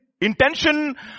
intention